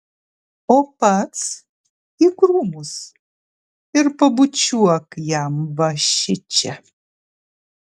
o pats į krūmus ir pabučiuok jam va šičia